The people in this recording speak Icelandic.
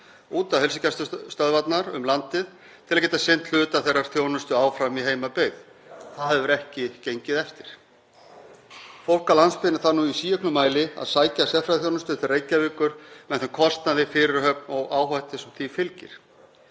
út á heilsugæslustöðvarnar um landið til að geta sinnt hluta þeirrar þjónustu áfram í heimabyggð. Það hefur ekki gengið eftir. Fólk af landsbyggðinni þarf nú í síauknum mæli að sækja sérfræðiþjónustu til Reykjavíkur með þeim kostnaði, fyrirhöfn og áhættu sem því fylgir.